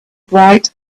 bright